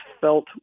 felt